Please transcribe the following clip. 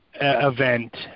Event